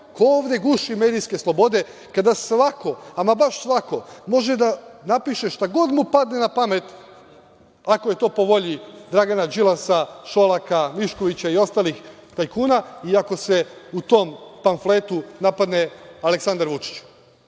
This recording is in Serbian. Ko ovde guši medijske slobode, kada svako, ama baš svako, može da napiše šta god mu padne na pamet, ako je to po volji Dragana Đilasa, Šolaka, Miškovića i ostalih tajkuna i ako se u tom pamfletu napadne Aleksandar Vučić?